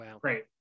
great